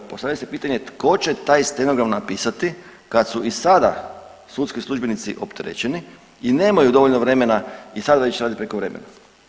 Postavlja se pitanje tko će taj stenogram napisati kad su i sada sudski službenici opterećeni i nemaju dovoljno vremena i sada ići radit prekovremeno.